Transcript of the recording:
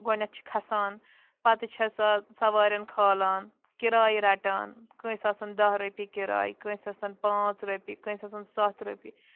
گۄڈٕنٮ۪تھ چھِ کھسان پَتہٕ چھےٚ سۄ سَوارٮ۪ن کھالان کِرایہِ رَٹان کٲنٛسہِ آسَن دَہ رۄپیہِ کِرایہِ کٲنٛسہِ آسَن پانٛژھ رۄپیہِ کٲنٛسہِ آسَن سَتھ رۄپیہِ